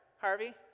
Harvey